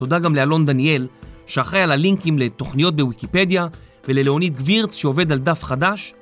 תודה גם לאלון דניאל שאחראי על הלינקים לתוכניות בוויקיפדיה וללאוניד גבירץ שעובד על דף חדש.